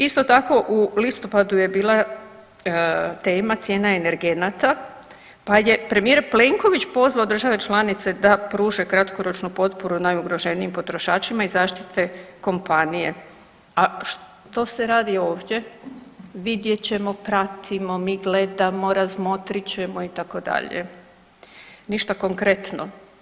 Isto tako u listopadu je bila tema cijena energenata, pa je premijer Plenković pozvao države članice da pruže kratkoročnu potporu najugroženijim potrošačima i zaštite kompanije, a što se radi ovdje, vidjet ćemo, pratimo, mi gledamo, razmotrit ćemo itd., ništa konkretno.